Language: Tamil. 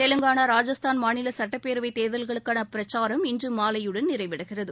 தெலங்கானா ராஜஸ்தான் மாநில சட்டப்பேரவை தேர்தலுக்கான பிரச்சாரம் இன்று மாலையுடன் நிறைவடைகிறது